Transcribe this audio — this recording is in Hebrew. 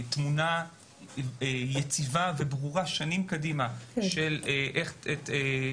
תמונה יציבה וברורה שנים קדימה של היקף